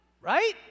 Right